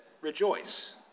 rejoice